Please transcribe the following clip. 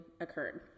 occurred